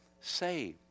saved